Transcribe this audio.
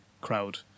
crowd